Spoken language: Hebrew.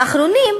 האחרונים,